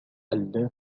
ألّا